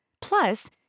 Plus